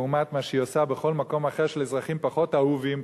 לעומת מה שהיא עושה בכל מקום אחר של אזרחים פחות אהובים,